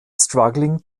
struggling